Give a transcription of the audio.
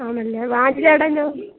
ആണല്ലേ വാനിലയുടെ എന്നാ